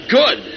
good